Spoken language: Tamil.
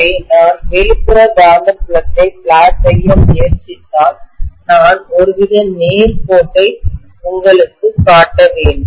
எனவே நான் வெளிப்புற காந்தப்புலத்தை பிளாட் செய்ய முயற்சித்தால் நான் ஒருவித நேர் கோட்டை உங்களுக்கு காட்ட வேண்டும்